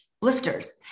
blisters